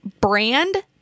brand